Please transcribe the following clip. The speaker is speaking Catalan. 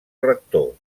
rector